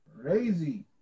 crazy